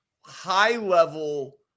high-level